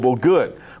good